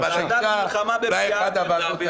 הוועדה לפניות הציבור, הוועדה למעמד האישה.